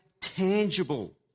tangible